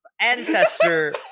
ancestor